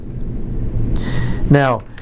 Now